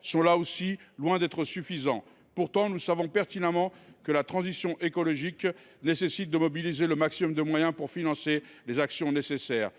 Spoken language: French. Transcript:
sont, là aussi, loin d’être suffisants. Pourtant, nous savons pertinemment que la transition écologique nécessite de mobiliser le maximum de moyens pour financer les actions nécessaires.